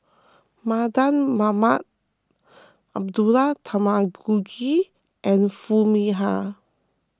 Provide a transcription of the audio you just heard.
Mardan Mamat Abdullah Tarmugi and Foo Mee Har